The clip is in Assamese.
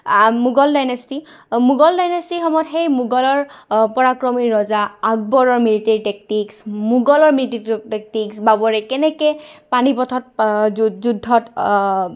মোগল ডাইনেষ্টি মোগল ডাইনেষ্টি সেই মোগলৰ পৰাক্ৰমী ৰজা আকবৰৰ মিলিটেৰী টেকটিক্স মোগলৰ মিলিটেৰী টেকটিক্স বাবৰে কেনেকৈ পানীপথৰ যুদ্ধত